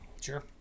Sure